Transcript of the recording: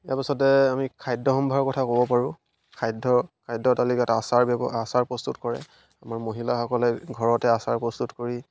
ইয়াৰ পিছতে আমি খাদ্য সম্ভাৰৰ কথা ক'ব পাৰোঁ খাদ্য খাদ্য তালিকাৰ আচাৰ ব্যৱ আচাৰ প্ৰস্তুত কৰে আমাৰ মহিলাসকলে ঘৰতে আচাৰ প্ৰস্তুত কৰি